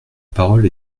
parole